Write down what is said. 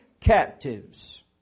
captives